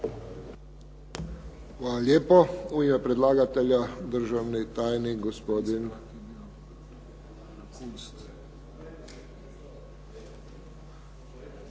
Hvala lijepo. U ime predlagatelja, državni tajnik, gospodin